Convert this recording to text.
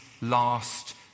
last